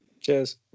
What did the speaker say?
Cheers